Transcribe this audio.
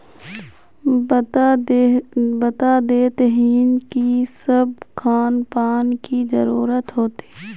बता देतहिन की सब खापान की जरूरत होते?